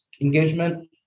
engagement